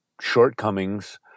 shortcomings